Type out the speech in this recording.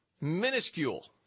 Minuscule